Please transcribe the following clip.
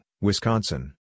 Wisconsin